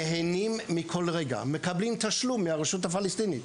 נהנים מכל רגע, מקבלים תשלום מהרשות הפלסטינית.